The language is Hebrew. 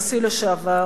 נשיא לשעבר,